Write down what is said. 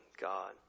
God